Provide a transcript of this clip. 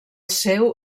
seu